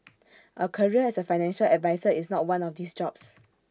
A career as A financial advisor is not one of these jobs